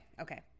okay